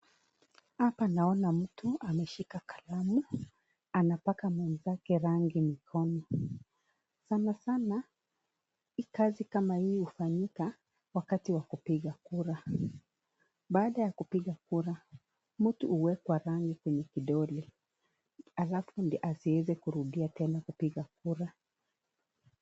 Hapa naona mtu ameshika kalamu . Anapaka mwenzake rangi mkono. Sana sana hii kazi kama hii ufanyika wakati Wa kupiga kura . Baadha ya kupiga kura mtu huwekwa rangi kwenye kidole alafu ndo hasiweze kurudia Tena kupiga kura.